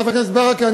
חבר הכנסת ברכה,